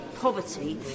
poverty